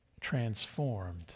Transformed